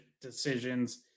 decisions